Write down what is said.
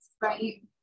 Right